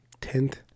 Tenth